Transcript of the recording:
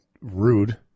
rude